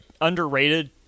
underrated